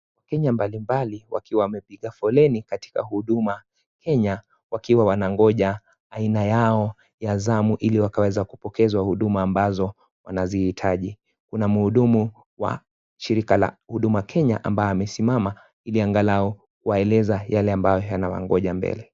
Wakenya mbalimbali wakiwa wapiga foleni katika huduma Kenya wakiwa wanangoja aina yao ya zamu ili wakaweze waka pokea huduma ambazo wanaziihitaji, kuna muhudumu wa shirika la huduma Kenya ambaye amesimama ili angalau kuwaeleza yale ambao yanawangoja mbele.